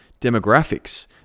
demographics